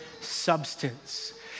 substance